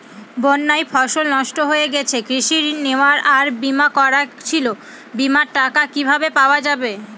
বন্যায় ফসল নষ্ট হয়ে গেছে কৃষি ঋণ নেওয়া আর বিমা করা ছিল বিমার টাকা কিভাবে পাওয়া যাবে?